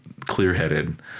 clear-headed